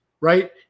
right